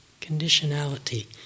conditionality